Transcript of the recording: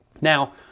Now